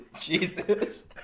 Jesus